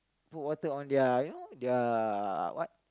put water on their you know their what